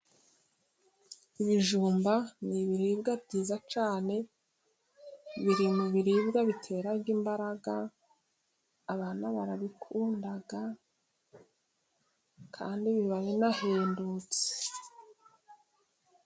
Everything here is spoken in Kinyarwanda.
Ibijumba ni ibiribwa byiza cyane biri mu biribwa bitera imbaraga, abantu barabikunda kandi biba binahendutse